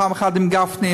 פעם אחת עם גפני.